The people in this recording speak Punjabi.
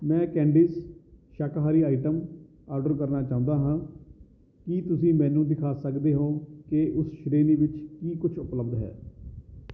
ਮੈਂ ਕੈਂਡੀਜ਼ ਸ਼ਾਕਾਹਾਰੀ ਆਈਟਮ ਆਰਡਰ ਕਰਨਾ ਚਾਹੁੰਦਾ ਹਾਂ ਕੀ ਤੁਸੀਂ ਮੈਨੂੰ ਦਿਖਾ ਸਕਦੇ ਹੋ ਕਿ ਉਸ ਸ਼੍ਰੇਣੀ ਵਿੱਚ ਕੀ ਕੁਛ ਉਪਲੱਬਧ ਹੈ